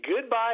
goodbye